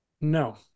No